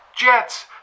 Jets